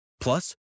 Plus